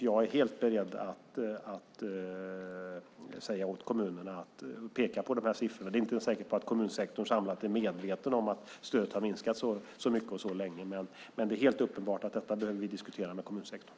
Jag är helt beredd att peka på de här siffrorna. Jag är inte säker på att kommunsektorn samlat är medveten om att stödet har minskat så mycket och så länge. Men det är helt uppenbart att vi behöver diskutera detta med kommunsektorn.